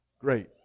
Great